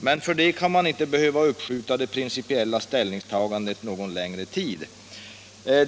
Men för det kan man inte behöva uppskjuta det principiella ställningstagandet någon längre tid.